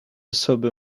sober